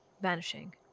vanishing